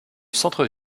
centre